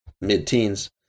mid-teens